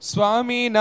Swami